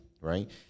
right